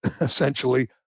essentially